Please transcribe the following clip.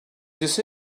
this